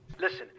Listen